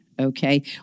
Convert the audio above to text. okay